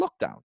lockdown